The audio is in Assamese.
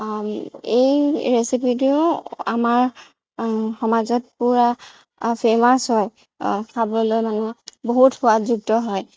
এই ৰেচিপিটো আমাৰ সমাজত পূৰা ফেমাচ হয় খাবলৈ মানে বহুত সোৱাদযুক্ত হয়